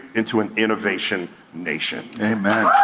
into an innovation nation. amen.